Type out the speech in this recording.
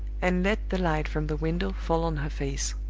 and let the light from the window fall on her face.